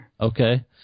Okay